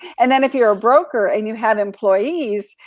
and then if you're a broker and you have employees,